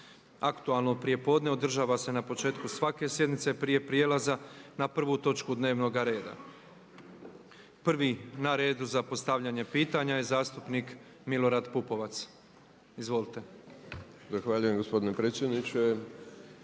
Aktualno prijepodne održava se na početku svake sjednice prije prijelaza na prvu točku dnevnoga reda. Prvi na redu za postavljanja pitanja je zastupnik Milorad Pupovac. Izvolite. **Pupovac, Milorad (SDSS)** Zahvaljujem gospodine predsjedniče.